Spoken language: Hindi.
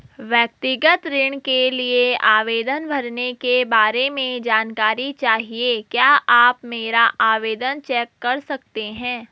व्यक्तिगत ऋण के लिए आवेदन भरने के बारे में जानकारी चाहिए क्या आप मेरा आवेदन चेक कर सकते हैं?